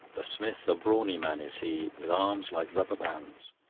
the smith, a brawny man is he, with arms like rubber bands.